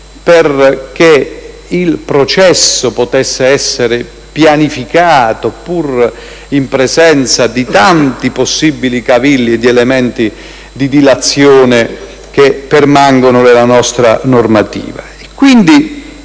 che il processo potesse essere pianificato, pur in presenza di tanti possibili cavilli e di elementi di dilazione che permangono nella nostra normativa.